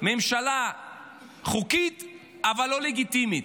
ממשלה חוקית אבל לא לגיטימית.